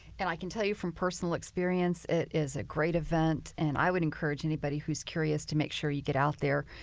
and i can tell you from personal experience, it is a great event, and i would encourage anybody who is curious to make sure you get out there.